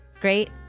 great